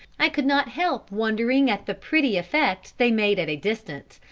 i could not help wondering at the pretty effect they made at a distance,